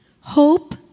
hope